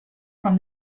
from